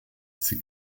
sie